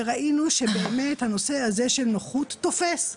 וראינו שבאמת הנושא הזה של נוחות תופס,